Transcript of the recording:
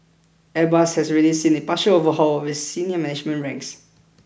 Airbus has already seen a partial overhaul of its senior management ranks